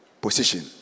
position